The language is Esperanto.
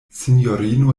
sinjorino